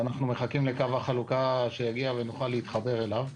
אנחנו מחכים לקו החלוקה שיגיע ונוכל להתחבר אליו.